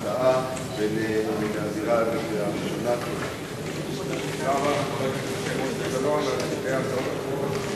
הצעת החוק לקריאה ראשונה עוד טרם יציאתנו לפגרת הקיץ.